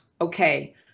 okay